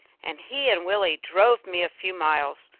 and he and willie drove me a few miles.